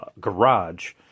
garage